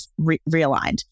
realigned